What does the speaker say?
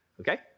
okay